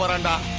but and